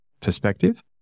perspective